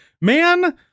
man